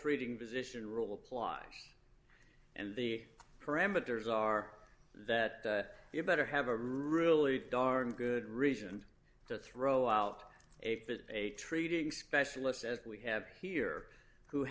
treating physician rule applies and the parameters are that you better have a really darn good reason to throw out a fit a treating specialist as we have here who